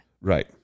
Right